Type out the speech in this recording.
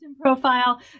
profile